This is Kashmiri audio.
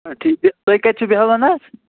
ٹھیٖک تُہۍ کَتہِ چھُ بیٚہوان حظ